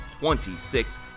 26